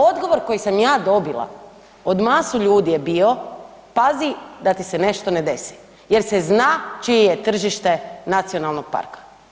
Odgovor koji sam ja dobila od masu ljudi je bio „pazi da ti se nešto ne desi“ jer se zna čije je tržište nacionalnog parka.